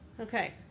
Okay